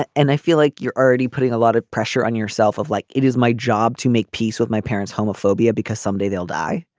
and i feel like you're already putting a lot of pressure on yourself of like it is my job to make peace with my parents homophobia because someday they'll die